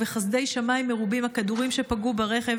ובחסדי שמיים מרובים הכדורים שפגעו ברכב